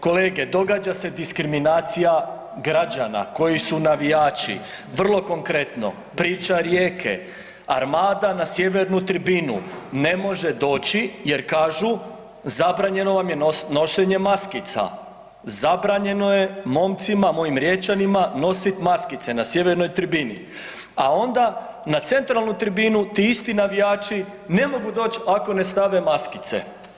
Kolege događa se diskriminacija građana koji su navijači, vrlo konkretno priča Rijeke, Armada na sjevernu tribinu ne može doći jer kažu zabranjeno vam je nošenje maskica, zabranjeno je momcima mojim Riječanima nositi maskice na sjeverno tribini, a onda na centralnu tribinu ti isti navijači ne mogu doći ako ne stave maskice.